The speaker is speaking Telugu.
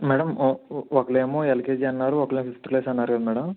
మేడం ఓ ఒకరు ఏమో ఎల్కేజీ అన్నారు ఒకరు ఏమో ఫిఫ్త్ క్లాస్ అన్నారు కదా మేడం